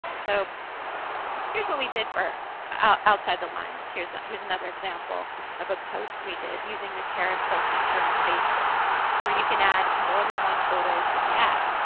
so here's what we did for outside the lines. here's ah here's another example of a post we did using the carousel feature on facebook where you can add more than one photo to the ad.